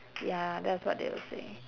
ya that's what they would saying